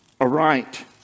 aright